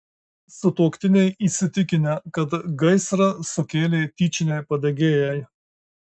sutuoktiniai įsitikinę kad gaisrą sukėlė tyčiniai padegėjai